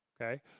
okay